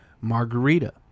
margarita